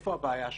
איפה הבעיה שלנו?